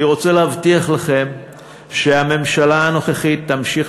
אני רוצה להבטיח לכם שהממשלה הנוכחית תמשיך